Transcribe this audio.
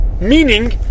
Meaning